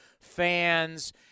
fans